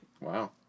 Wow